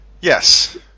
yes